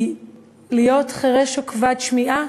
כי להיות חירש או כבד שמיעה,